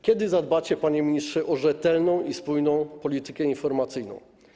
Kiedy zadbacie, panie ministrze, o rzetelną i spójną politykę informacyjną?